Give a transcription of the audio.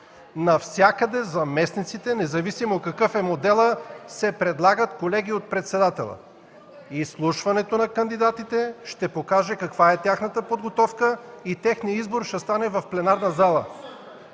Навсякъде заместниците, независимо какъв е моделът, се предлагат, колеги, от председателя. Изслушването на кандидатите ще покаже каква е тяхната подготовка и техният избор ще стане в пленарната зала,